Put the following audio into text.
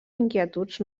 inquietuds